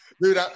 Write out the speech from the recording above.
Dude